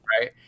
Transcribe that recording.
right